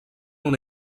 una